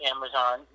Amazon